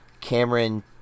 Cameron